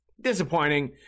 disappointing